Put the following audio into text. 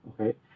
Okay